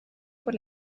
por